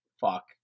fuck